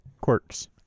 Quirks